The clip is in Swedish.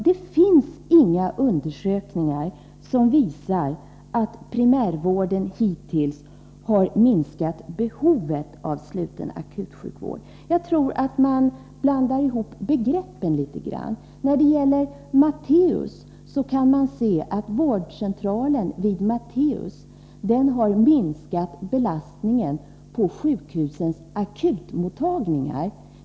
Det finns inga undersökningar som visar att primärvården hittills har lett till ett minskat behov av sluten akutsjukvård. Jag tror att man något blandar ihop begreppen. Verksamheten vid Matteus vårdcentral har resulterat i en minskad belastning på sjukhusens akutmottagningar.